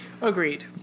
Agreed